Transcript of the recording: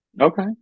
Okay